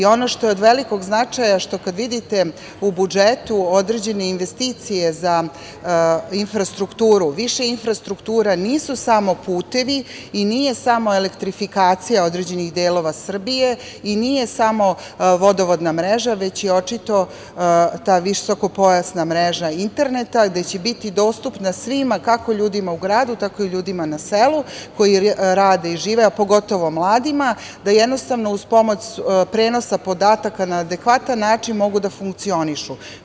Ono što je od velikog značaja, što kada vidite u budžetu određene investicije za infrastrukturu, više infrastruktura nisu samo putevi i nije samo elektrifikacija određenih delova Srbije i nije samo vodovodna mreža, već i očito ta visokopojasna mreža interneta, gde će biti dostupna svima, kako ljudima u gradu tako i ljudima na selu koji žive i rade, a pogotovo mladima, da jednostavno uz pomoć prenosa podataka na adekvatan način mogu da funkcionišu.